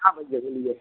हाँ भैया बोलिए